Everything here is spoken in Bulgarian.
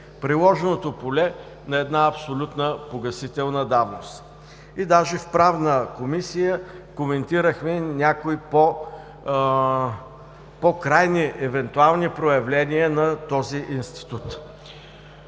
приложното поле на една абсолютна погасителна давност. Даже в Правната комисия коментирахме някои по-крайни евентуални проявления на този институт.